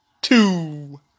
two